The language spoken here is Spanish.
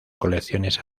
colecciones